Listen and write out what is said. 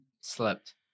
slept